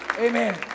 Amen